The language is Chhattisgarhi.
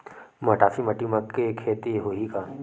मटासी माटी म के खेती होही का?